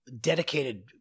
Dedicated